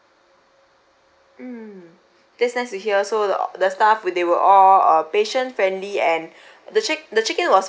mm that's nice to hear so the the staff with they were all uh patient friendly and the check the check in was fast